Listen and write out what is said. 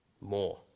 more